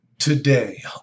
Today